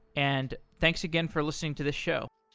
and thanks again for listening to this show